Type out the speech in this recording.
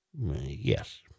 Yes